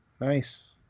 Nice